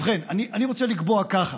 ובכן, אני רוצה לקבוע ככה: